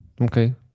Okay